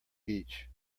beach